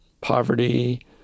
poverty